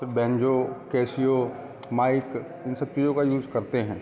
फिर banjo Casio mic इन सब चीज़ों का यूज़ करते हैं